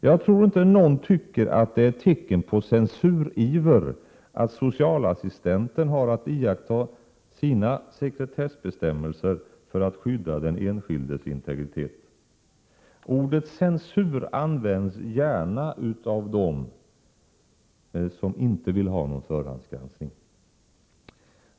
Jag tror inte att någon tycker att det är tecken på censuriver att socialassistenten har att iaktta sina sekretessbestämmelser för att skydda den enskildes integritet. Ordet censur används gärna av dem som inte vill ha någon förhandsgranskning.